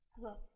Hello